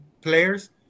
players